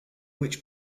which